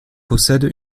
possède